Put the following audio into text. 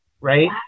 right